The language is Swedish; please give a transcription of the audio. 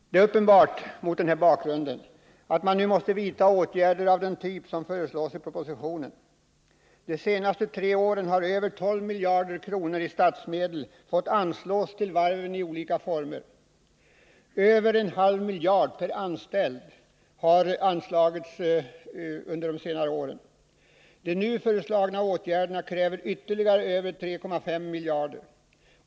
Det är uppenbart — mot denna bakgrund — att man nu måste vidta åtgärder av den typ som föreslås i propositionen. De senaste tre åren har över 12 miljarder kronor av statsmedel fått anslås till varven i olika former. Över en halv miljard per anställd har anslagits under de senare åren. De nu föreslagna åtgärderna kräver ytterligare över 3,5 miljarder.